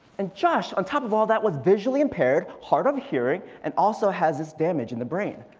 and josh on top of all that was visually impaired, hard of hearing and also has this damage in the brain.